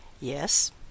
Yes